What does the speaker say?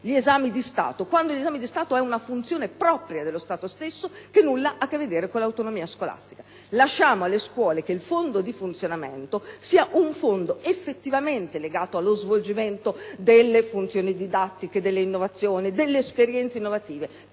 gli esami di Stato, quando l'esame di Stato è una funzione propria dello Stato stesso che nulla ha a che vedere con l'autonomia scolastica? Facciamo sì che il fondo di funzionamento sia effettivamente legato allo svolgimento delle funzioni didattiche, delle innovazioni, alle esperienze innovative,